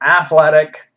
athletic